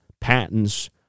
patents